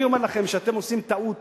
אני אומר לכם שאתם עושים טעות